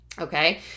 Okay